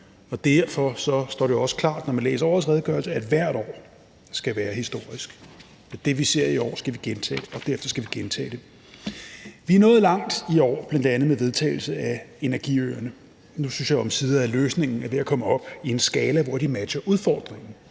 Og derfor står det også klart, når man læser årets redegørelse, at hvert år skal være historisk, og det, vi ser i år, skal vi gentage – og derefter skal vi gentage det. Vi er nået langt i år, bl.a. med vedtagelsen af energiøerne. Nu synes jeg, at løsningen omsider er ved at komme op i en skala, hvor den matcher udfordringen.